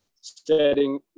setting